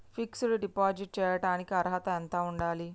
Fix డ్ deposit చేయటానికి అర్హత ఎంత ఉండాలి?